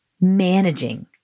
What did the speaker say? managing